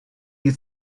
you